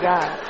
God